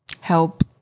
help